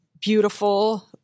beautiful